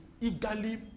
eagerly